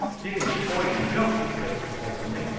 jimmy de boy to jump, he said, complacently.